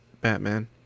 Batman